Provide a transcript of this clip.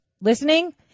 Listening